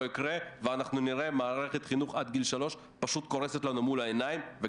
יקרה ונראה מערכת חינוך עד גיל שלוש פשוט קורסת לנו מול העיניים,